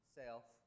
self